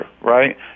Right